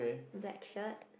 black shirt